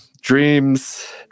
dreams